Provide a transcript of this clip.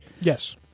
Yes